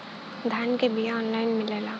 धान के बिया ऑनलाइन मिलेला?